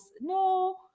no